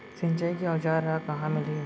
सिंचाई के औज़ार हा कहाँ मिलही?